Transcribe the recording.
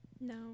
No